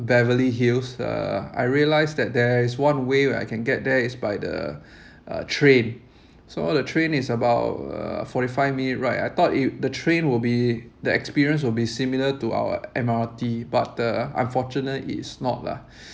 beverly hills uh I realised that there's one way where I can get there is by the uh train so all the train is about uh forty five minute ride I thought it the train will be the experience will be similar to our M_R_T but the unfortunate it's not lah